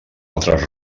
altres